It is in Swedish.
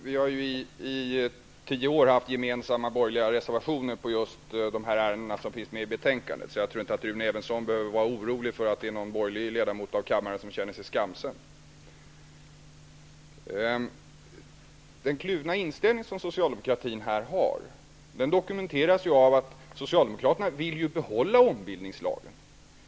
Herr talman! Vi har i tio år haft gemensamma borgerliga reservationer i just de ärenden som finns med i det här betänkandet, så jag tror inte att Rune Evensson behöver vara orolig för att någon borgerlig ledamot av kammaren känner sig skamsen. Den kluvna inställningen som Socialdemokraterna har här dokumenteras av att Socialdemokraterna vill behålla ombildningslagen.